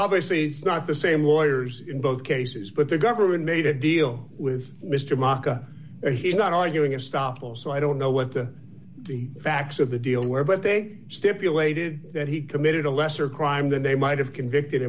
obviously it's not the same lawyers in both cases but the government made a deal with mr maka and he's not arguing it stoppable so i don't know what the the facts of the deal where but they stipulated that he committed a lesser crime than they might have convicted